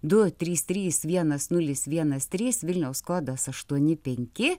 du trys trys vienas nulis vienas trys vilniaus kodas aštuoni penki